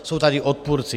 Jsou tady odpůrci.